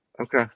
Okay